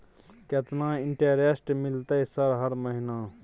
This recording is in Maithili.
केतना इंटेरेस्ट मिलते सर हर महीना?